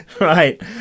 Right